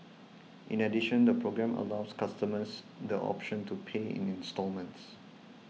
in addition the programme allows customers the option to pay in instalments